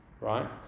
right